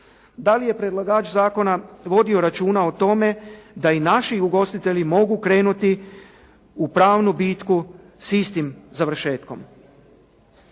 Dali je predlagač zakona vodio računa o tome da i naš ugostitelji mogu krenuti u pravnu bitku s istim završetkom.